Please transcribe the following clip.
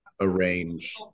arrange